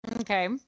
Okay